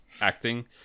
acting